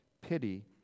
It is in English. pity